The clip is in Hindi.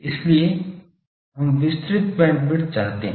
इसलिए हम विस्तृत बैंडविड्थ चाहते हैं